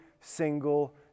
single